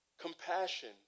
Compassion